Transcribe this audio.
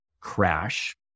crash